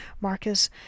Marcus